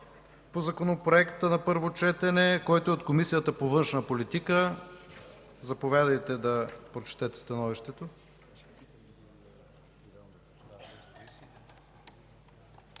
по Законопроекта на първо четене, който е от Комисията по външна политика. Заповядайте да прочетете становището.